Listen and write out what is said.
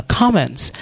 comments